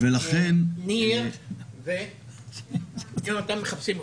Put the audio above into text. בני, ניר ויהונתן מחפשים אותך.